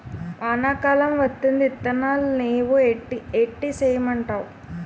వానా కాలం వత్తాంది ఇత్తనాలు నేవు ఏటి సేయమంటావు